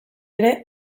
ere